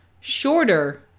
shorter